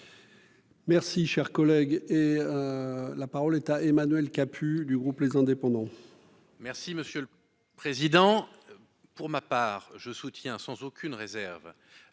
Merci, cher collègue, et la parole est à Emmanuel Capus du groupe, les indépendants.